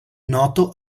noto